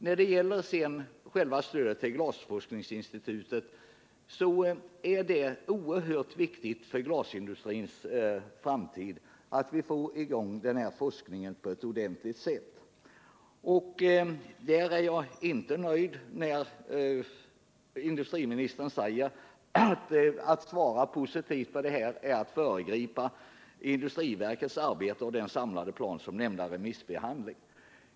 När det gäller själva stödet till Glasforskningsinstitutet, så är det oerhört viktigt för glasindustrins framtid att vi får i gång den här forskningen på ett ordentligt sätt. Där är jag inte nöjd när industriministern säger att ett positivt svar skulle innebära att man föregrep såväl industriverkets arbete som remissbehandlingen.